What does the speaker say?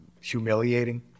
Humiliating